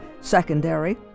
secondary